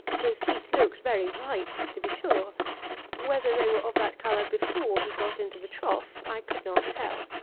his feet looked very white, to be sure whether they were of that colour before he got into the trough i could not tell.